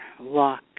walk